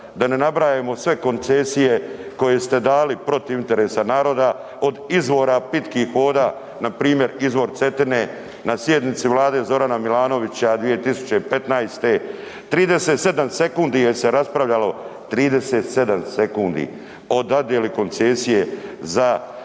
Da ne nabrajamo sve koncesije koje ste dali protiv interesa naroda od izvora pitkih voda npr. izvor Cetine na sjednici Vlade Zorana Milanovića 2015., 37 sekundi je se raspravljalo, 37 sekundi o dodjeli koncesiji za izvor